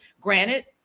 Granted